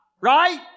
right